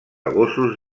gossos